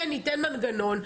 כן ניתן מנגנון,